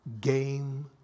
Game